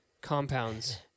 compounds